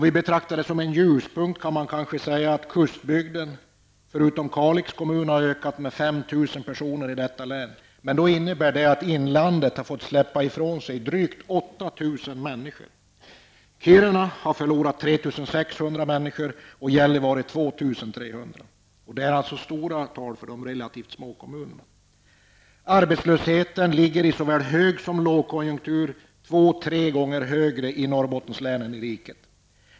Vi betraktar det som en ljuspunkt att kustbygden, förutom Kalix kommun, har ökat med ca 5 000 personer. Det har emellertid medfört att inlandet fått släppa ifrån sig drygt 8 000 personer. Kiruna har förlorat 3 600 och Gällivare 2 300 invånare. Detta är stora tal för dessa relativt små kommuner. Arbetslösheten ligger i såväl hög som lågkonjunktur två tre gånger högre i Norrbottens län än i riket som helhet.